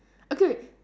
okay